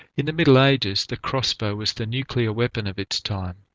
in the middle ages, the crossbow was the nuclear weapon of its time.